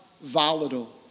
volatile